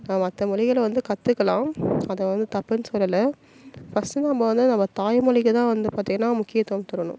மற்ற மொழிகள வந்து கற்றுக்கலாம் அதை வந்து தப்புன்னு சொல்லலை ஃபஸ்ட்டு நம்ம வந்து நம்ம தாய்மொழிக்கு தான் வந்து பார்த்திங்கனா முக்கியத்துவம் தரணும்